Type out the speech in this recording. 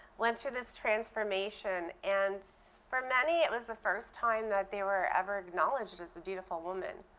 went through this transformation and for many, it was the first time that they were ever acknowledged as a beautiful woman.